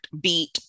beat